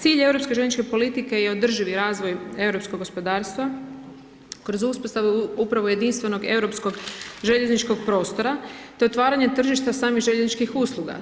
Cilj europske željezničke politike je održivi razvoj europskog gospodarstva kroz uspostavu upravo jedinstvenog europskog željezničkog prostora te otvaranja tržišta samih željezničkih usluga.